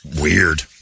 weird